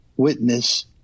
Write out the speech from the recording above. Witness